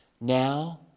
Now